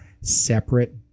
separate